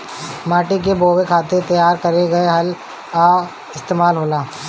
माटी के बोवे खातिर तैयार करे में हल कअ इस्तेमाल होला